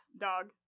Dog